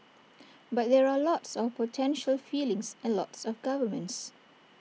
but there are lots of potential feelings and lots of governments